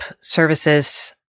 services